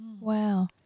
Wow